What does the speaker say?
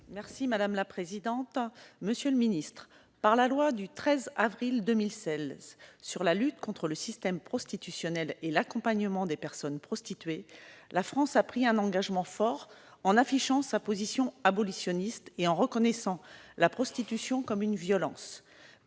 ministre de l'intérieur. Monsieur le secrétaire d'État, par la loi du 13 avril 2016 visant à renforcer la lutte contre le système prostitutionnel et à accompagner les personnes prostituées, la France a pris un engagement fort en affichant sa position abolitionniste et en reconnaissant la prostitution comme une violence.